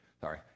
sorry